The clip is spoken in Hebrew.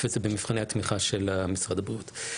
וזה במבחני התמיכה של משרד הבריאות.